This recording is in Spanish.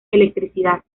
electricidad